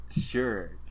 sure